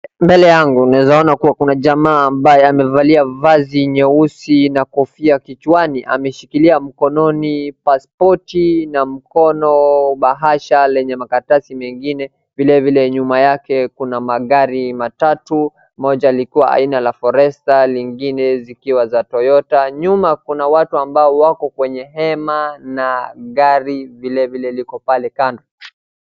Mbele yangu naeza ona kuwa kuna jamaa ambaye amevalia vazi nyeusi na kofia kichwani ameshikilia mkononi paspoti na mkono bahasha lenye makaratasi mengine. Vilevile nyuma yake kuna magari matatu, moja likiwa aina ya forester , zingine zikiwa za toyota, nyuma kuna watu ambao wako kwenye hema na gari vilevile liko pale kando.